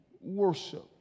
worship